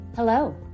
Hello